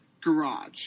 garage